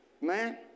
Man